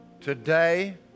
Today